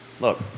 Look